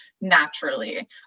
naturally